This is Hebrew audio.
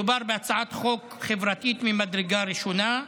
מדובר בהצעת חוק חברתית ממדרגה ראשונה.